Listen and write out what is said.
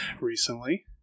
recently